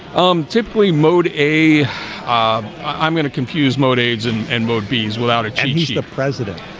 um typically mode a i'm gonna confuse mode aids and and mode b's without a chief president.